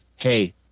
hey